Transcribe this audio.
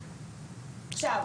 עכשיו,